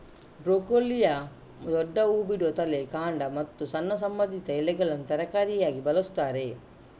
ಬ್ರೊಕೊಲಿಯ ದೊಡ್ಡ ಹೂ ಬಿಡುವ ತಲೆ, ಕಾಂಡ ಮತ್ತು ಸಣ್ಣ ಸಂಬಂಧಿತ ಎಲೆಗಳನ್ನ ತರಕಾರಿಯಾಗಿ ಬಳಸ್ತಾರೆ